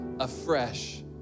afresh